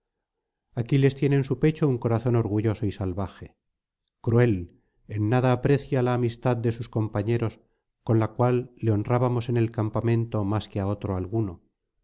aguardando aquiles tiene en su pecho un corazón orgulloso y salvaje cruel en nada aprecia la amistad de sus compañeros con la cual le honrábamos en el campamento más que á otro alguno